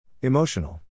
Emotional